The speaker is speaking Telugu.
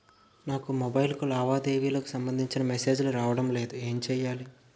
నాకు మొబైల్ కు లావాదేవీలకు సంబందించిన మేసేజిలు రావడం లేదు ఏంటి చేయాలి?